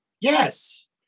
Yes